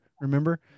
Remember